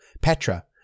Petra